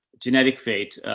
genetic fate, ah,